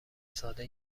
ساده